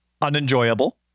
unenjoyable